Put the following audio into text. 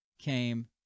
came